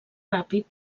ràpid